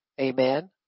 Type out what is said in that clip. amen